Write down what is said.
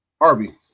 Harvey